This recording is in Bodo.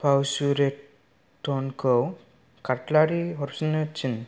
फाव रेस्टुरेन्ट खौ काटलारि हरफानो थिन